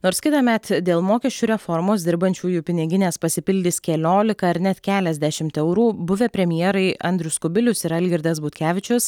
nors kitąmet dėl mokesčių reformos dirbančiųjų piniginės pasipildys keliolika ar net keliasdešimt eurų buvę premjerai andrius kubilius ir algirdas butkevičius